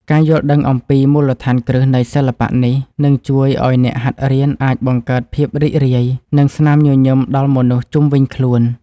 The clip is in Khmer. ការយល់ដឹងអំពីមូលដ្ឋានគ្រឹះនៃសិល្បៈនេះនឹងជួយឱ្យអ្នកហាត់រៀនអាចបង្កើតភាពរីករាយ និង ស្នាមញញឹមដល់មនុស្សជុំវិញខ្លួន។